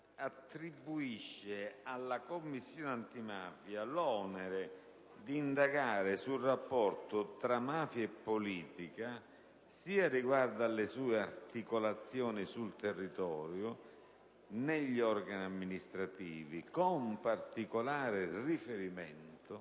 attribuisce alla Commissione antimafia l'onere di «indagare sul rapporto tra mafia e politica sia riguardo alla sue articolazioni sul territorio, negli organi amministrativi, con particolare riferimento